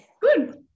Good